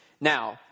Now